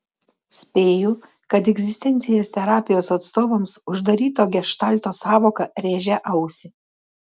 spėju kad egzistencinės terapijos atstovams uždaryto geštalto sąvoka rėžia ausį